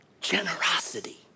Generosity